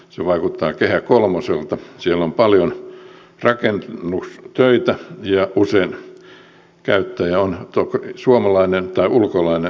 se vaikuttaa kehä kolmoselta siellä on paljon rakennustöitä ja usein käyttäjä on suomalainen tai ulkolainen tai ruotsalainen